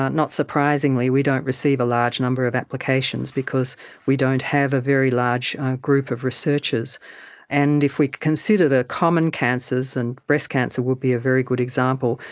not not surprisingly we don't receive a large number of applications because we don't have a very large group of researchers and if we consider the common cancers, and breast cancer would be a very good example,